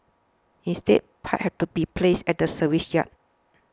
instead pipes had to be placed at the service yard